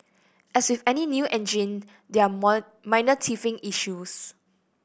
as with any new engine there are minor teething issues